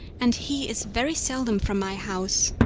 and he is very seldom from my house